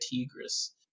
Tigris